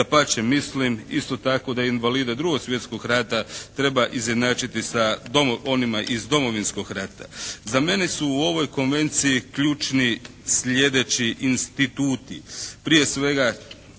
Dapače mislim isto tako da invalide 2. svjetskog rata treba izjednačiti sa onima iz Domovinskog rata. Za mene su u ovoj Konvenciji ključni sljedeći instituti. Prije svega